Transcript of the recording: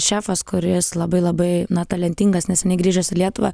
šefas kuris labai labai na talentingas neseniai grįžęs į lietuvą